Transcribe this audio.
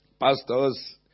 Pastors